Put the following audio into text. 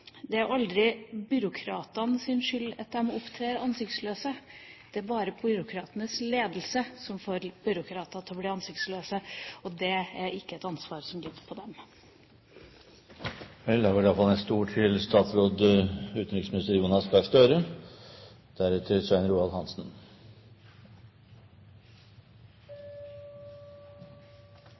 bare byråkratenes ledelse som får byråkrater til å bli ansiktsløse, og det er ikke et ansvar som ligger på